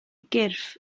gyrff